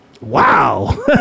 wow